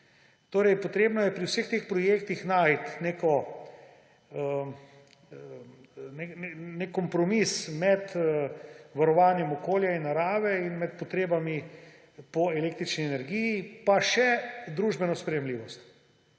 Treba je pri vseh teh projektih najti nek kompromis med varovanjem okolja in narave in med potrebami po električni energiji, pa še družbeno sprejemljivost.